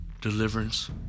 Deliverance